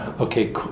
Okay